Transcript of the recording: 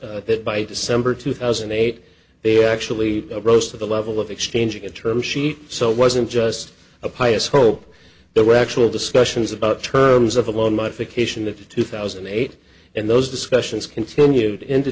that by december two thousand and eight they actually rose to the level of exchanging a term sheet so it wasn't just a pious hope there were actual discussions about terms of a loan modification of two thousand and eight and those discussions continued into